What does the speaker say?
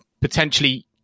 potentially